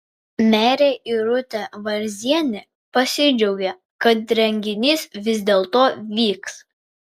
merė irutė varzienė pasidžiaugė kad renginys vis dėlto vyks